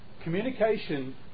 communication